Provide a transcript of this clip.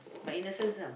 my innocence ah